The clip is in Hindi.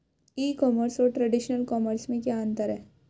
ई कॉमर्स और ट्रेडिशनल कॉमर्स में क्या अंतर है?